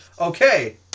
Okay